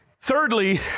Thirdly